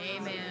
Amen